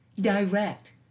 direct